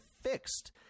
fixed